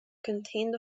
contained